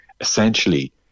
essentially